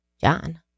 John